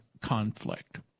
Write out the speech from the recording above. conflict